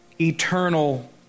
eternal